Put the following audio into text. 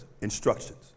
instructions